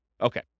Okay